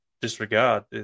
disregard